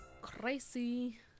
crazy